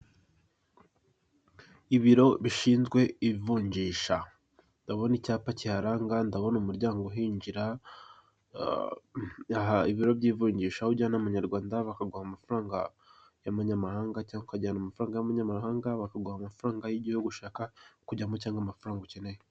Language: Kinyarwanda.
Ibiro bishinzwe ivunjisha ndabona icyapa kiharanga, ndabobna umuryango uhinjira, aha ibiro byivunjisha aho ujyana amanyarwanda bakaguha amafaranga y'amanyamahanga cyangwa ukajyana amafaranga y'amanyamahanga bakaguha amafaranga y'igihugu ushaka kujyamo cyangwa amafaranga ukeneye.